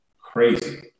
crazy